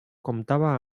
comptava